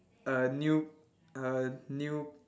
uh new uh new